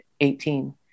18